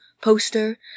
poster